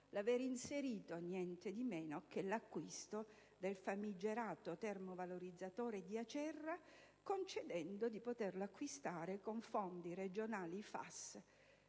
l'aver inserito - nientemeno - l'acquisto del famigerato termovalorizzatore di Acerra, concedendo di poterlo acquistare con fondi regionali FAS.